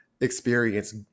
experience